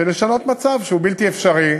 לשנות מצב שהוא בלתי אפשרי.